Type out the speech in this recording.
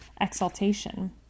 exaltation